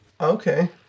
okay